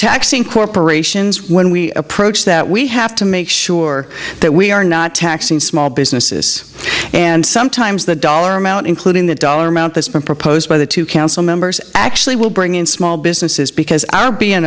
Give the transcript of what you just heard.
taxing corporations when we approach that we have to make sure that we are not taxing small businesses and sometimes that dollar amount including the dollar amount that's been proposed by the two council members actually will bring in small businesses because our b